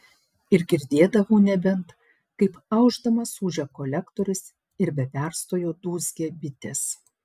ir girdėdavau nebent kaip aušdamas ūžia kolektorius ir be perstojo dūzgia bitės